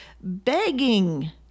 begging